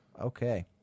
Okay